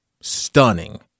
stunning